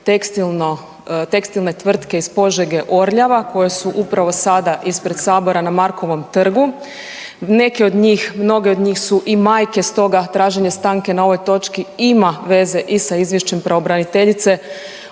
tekstile tvrtke iz Požege Orljava koje su upravo sada ispred sabora na Markovom trgu, neke on njih, mnoge od njih su i majke stoga traženje stanke na ovoj točki ima veze i sa izvješćem pravobraniteljice.